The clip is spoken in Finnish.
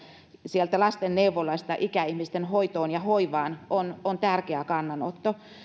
sieltä lastenneuvolasta ikäihmisten hoitoon ja hoivaan on on tärkeä kannanotto